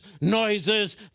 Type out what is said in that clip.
noises